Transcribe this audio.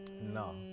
no